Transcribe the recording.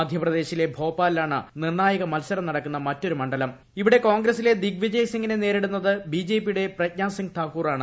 മധ്യപ്രദേശിലെ ഭോപ്പാലാണ് നിർണ്ണായക മത്സരം നടക്കുന്ന മറ്റൊരു മണ്ഡലം ഇവിടെ കോൺഗ്രസിലെ ദിഗ് വിജയ് സിംഗിനെ നേരിടുന്നത് ബിജെപി യുടെ പ്രജ്ഞാസിംഗ് താക്കൂറാണ്